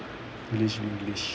english vinglish